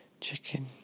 chicken